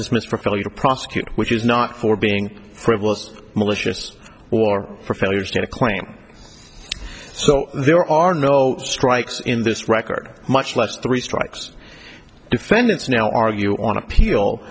failure to prosecute which is not for being frivolous malicious or for failures to claim so there are no strikes in this record much less three strikes defendants now argue on appeal